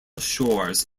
shores